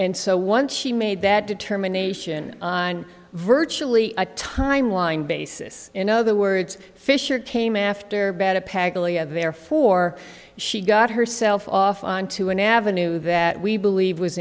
and so once she made that determination on virtually a timeline basis in other words fischer came after bad a paglia therefore she got herself off onto an avenue that we believe was